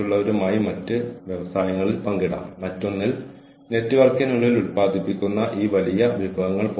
നല്ല നിലവാരവും അറിവും വിവരങ്ങളും ലഭ്യമല്ലാത്ത എല്ലാവർക്കും അറിവ് പകരാൻ നമ്മൾ ആഗ്രഹിക്കുന്നു